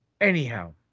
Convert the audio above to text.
Anyhow